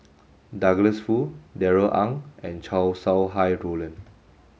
Douglas Foo Darrell Ang and Chow Sau Hai Roland